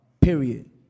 Period